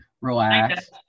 relax